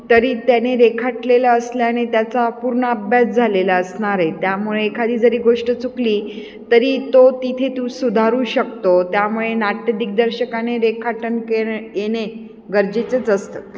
तरी त्याने रेखाटलेलं असल्याने त्याचा पूर्ण अभ्यास झालेला असणार आहे त्यामुळे एखादी जरी गोष्ट चुकली तरी तो तिथे तू सुधारू शकतो त्यामुळे नाट्य दिग्दर्शकाने रेखाटन के येणे गरजेचंच असतं